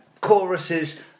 choruses